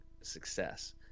success